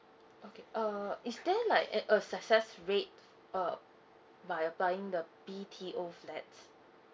okay uh is there like at a success rate uh by buying the B_T_O flat